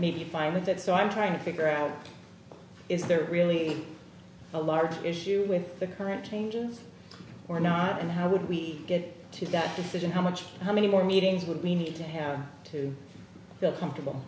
may be fine with that so i'm trying to figure out is there really a larger issue with the current changes or not and how would we get to that decision how much how many more meetings would we need to have to feel comfortable